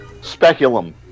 Speculum